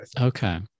okay